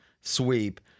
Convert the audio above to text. sweep